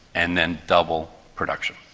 and then double production.